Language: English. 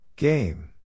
Game